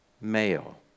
Male